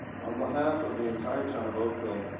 on behalf of the entire town of oakville,